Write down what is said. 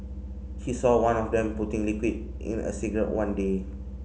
she saw one of them putting liquid in a cigarette one day